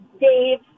Dave